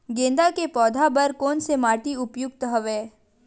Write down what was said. गेंदा के पौधा बर कोन से माटी उपयुक्त हवय?